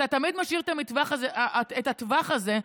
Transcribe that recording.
אז אתה תמיד משאיר את הטווח הזה,